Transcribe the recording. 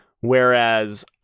Whereas